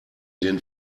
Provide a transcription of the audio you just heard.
den